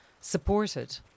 supported